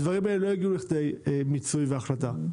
הדברים האלה לא הגיעו לידי מיצוי והחלטה.